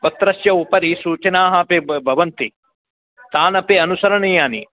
पत्रस्य उपरि सूचनाः अपि ब भवन्ति ताः अपि अनुसरणीयाः